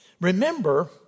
remember